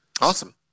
Awesome